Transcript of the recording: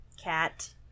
cat